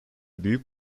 büyük